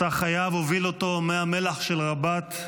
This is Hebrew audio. מסע חייו הוביל אותו מהמלאח של רבאט,